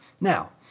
Now